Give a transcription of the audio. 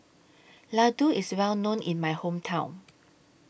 Laddu IS Well known in My Hometown